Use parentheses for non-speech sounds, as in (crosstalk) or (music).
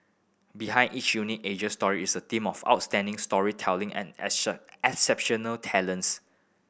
behind each unique Asian story is a team of outstanding storytelling and (unintelligible) exceptional talents